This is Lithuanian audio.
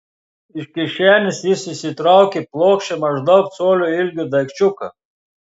iš kišenės jis išsitraukė plokščią maždaug colio ilgio daikčiuką